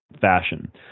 fashion